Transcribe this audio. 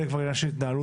זה כבר עניין של התנהלות